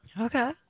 Okay